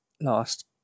last